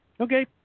okay